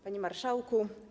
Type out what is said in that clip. Panie Marszałku!